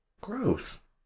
Gross